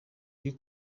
ari